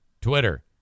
Twitter